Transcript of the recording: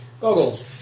Goggles